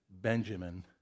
Benjamin